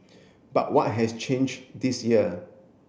but what has changed this year